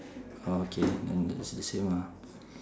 orh okay then that's the same lah